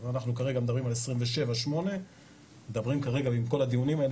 אנחנו כרגע מדברים על 2027 2028. מדברים כרגע עם כל הדיונים האלה,